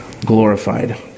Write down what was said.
glorified